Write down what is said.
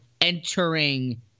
entering